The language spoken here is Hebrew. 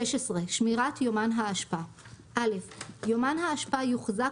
שמירת יומן האשפה 16. (א) יומן האשפה יוחזק